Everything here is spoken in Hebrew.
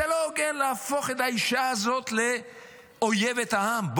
זה לא הוגן להפוך את האישה הזאת לאויבת העם.